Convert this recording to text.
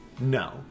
no